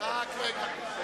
החוק,